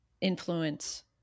influence